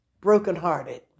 brokenhearted